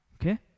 Okay